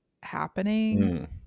happening